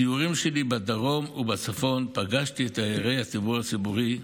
בסיורים שלי בדרום ובצפון פגשתי את דיירי הדיור הציבורי,